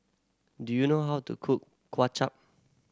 do you know how to cook Kway Chap